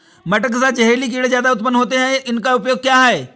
मटर के साथ जहरीले कीड़े ज्यादा उत्पन्न होते हैं इनका उपाय क्या है?